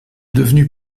devenu